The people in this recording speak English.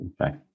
Okay